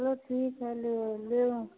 चलो ठीक है लेओ लेओ